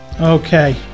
okay